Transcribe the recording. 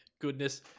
goodness